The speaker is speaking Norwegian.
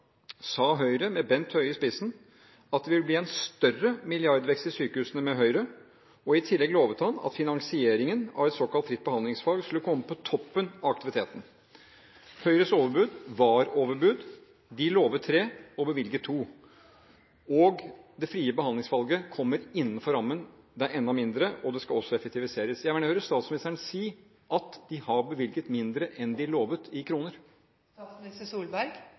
sa Høyre – med Bent Høie i spissen – at det ville bli en større milliardvekst i sykehusene med Høyre, og i tillegg lovet han at finansieringen av et såkalt fritt behandlingsvalg skulle komme på toppen av aktiviteten. Høyres overbud var overbud: De lovet 3 og bevilget 2, og det frie behandlingsvalget kommer innenfor rammen, det er enda mindre og det skal også effektiviseres. Jeg vil gjerne høre statsministeren si at de har bevilget mindre i kroner enn de lovet.